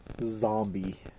Zombie